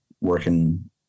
working